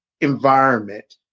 environment